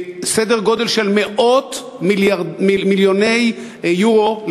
בסדר גודל של מאות מיליוני יורו,